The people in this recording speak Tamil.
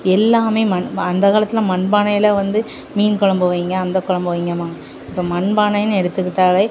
எல்லாம் மண் அந்த காலத்தில் மண்பானையில் வந்து மீன் குழம்பு வைங்க அந்த குழம்பு வைங்கம்பாங்க இப்போ மண்பானைனு எடுத்துக்கிட்டாலே